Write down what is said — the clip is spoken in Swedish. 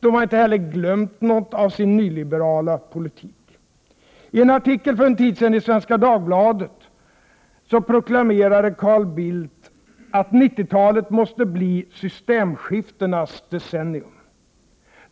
De har inte heller glömt något av sin nyliberala politik. I en artikel för en tid sedan i Svenska Dagbladet proklamerade Carl Bildt att 90-talet måste bli systemskiftenas decennium.